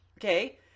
Okay